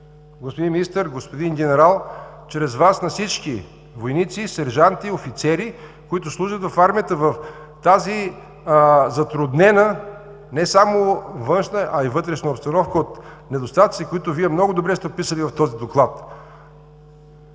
господин Министър, господин Генерал, чрез Вас на всички войници, сержанти, офицери, които служат в армията в тази затруднена не само външна, а и вътрешна обстановка от недостатъци, които Вие много добре сте описали в този доклад.